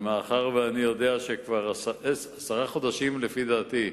ומאחר שאני יודע שכבר עשרה חודשים, לפי דעתי,